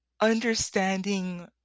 understanding